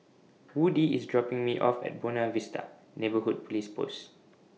Woodie IS dropping Me off At Buona Vista Neighbourhood Police Post